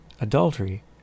adultery